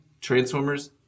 Transformers